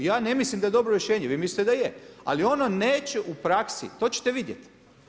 Ja ne mislim da je dobro rješenje, vi mislite da je, ali ono neće u praksi, to ćete vidjeti.